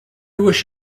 wish